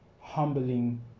humbling